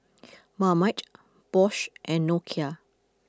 Marmite Bosch and Nokia